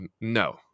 no